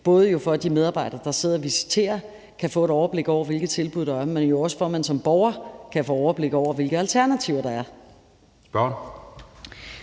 både for at de medarbejdere, der sidder og visiterer, kan få et overblik over, hvilke tilbud der er, men også for at man som borger kan få overblik over, hvilke alternativer der er. Kl.